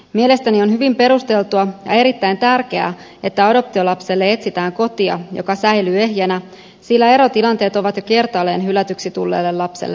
mielestäni on hyvin perusteltua ja erittäin tärkeää että adoptiolapselle etsitään kotia joka säilyy ehjänä sillä erotilanteet ovat jo kertaalleen hylätyksi tulleelle lapselle vaikeita